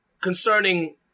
concerning